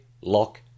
lock